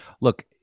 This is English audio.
Look